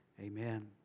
Amen